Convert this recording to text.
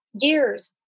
years